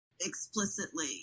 explicitly